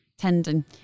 tendon